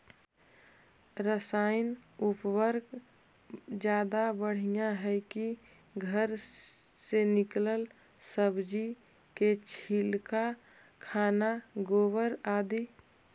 रासायन उर्वरक ज्यादा बढ़िया हैं कि घर से निकलल सब्जी के छिलका, खाना, गोबर, आदि?